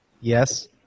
Yes